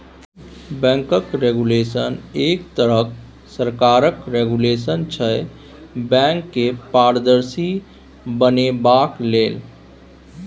बैंकक रेगुलेशन एक तरहक सरकारक रेगुलेशन छै बैंक केँ पारदर्शी बनेबाक लेल